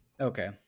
Okay